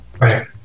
Right